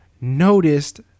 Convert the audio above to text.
noticed